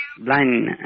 blind